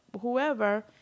whoever